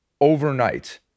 overnight